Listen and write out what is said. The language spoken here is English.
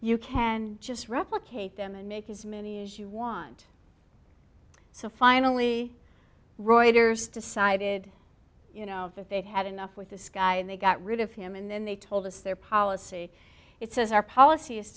you can just replicate them and make as many as you want so finally reuters decided that they had enough with this guy and they got rid of him and then they told us their policy it says our policy is